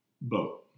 boat